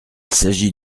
s’agit